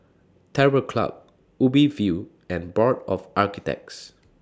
Terror Club Ubi View and Board of Architects